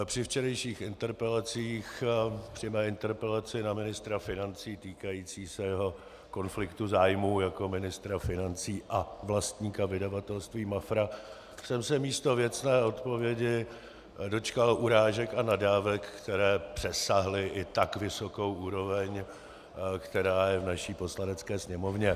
Při včerejších interpelacích, při mé interpelaci na ministra financí týkající se jeho konfliktu zájmů jako ministra financí a vlastníka vydavatelství MAFRA, jsem se místo věcné odpovědi dočkal urážek a nadávek, které přesáhly i tak vysokou úroveň, která je v naší Poslanecké sněmovně.